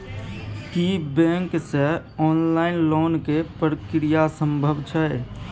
की bank से online loan के प्रक्रिया संभव छै?